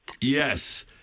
Yes